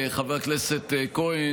חבר הכנסת כהן,